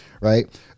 Right